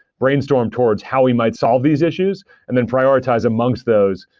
brainstorm towards how we might solve these issues and then prioritize amongst those.